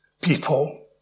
people